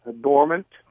dormant